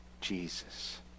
Jesus